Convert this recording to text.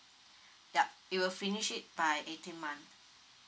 yup it will finish it by eighteen month